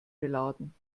beladen